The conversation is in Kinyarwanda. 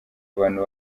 abantu